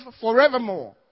forevermore